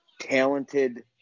talented